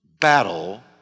battle